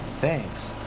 Thanks